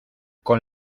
con